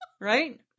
Right